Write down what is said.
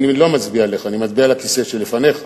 אני לא מצביע עליך, אני מצביע על הכיסא שלפניך,